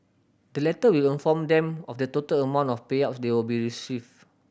the letter will inform them of the total amount of payouts they will be receive